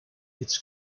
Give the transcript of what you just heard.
its